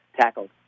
tackled